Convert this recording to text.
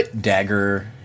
dagger